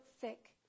thick